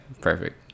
perfect